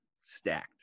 Stacked